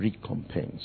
recompense